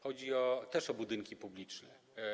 Chodzi też o budynki publiczne.